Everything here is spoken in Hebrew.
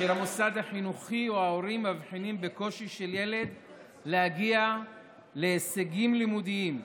המוסד החינוכי או ההורים מבחינים בקושי שלו להגיע להישגים לימודיים,